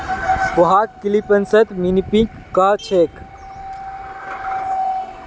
पोहाक फ़िलीपीन्सत पिनीपिग कह छेक